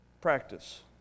practice